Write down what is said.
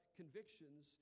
convictions